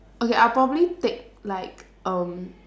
okay I'll probably take like um